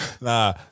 Nah